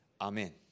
Amen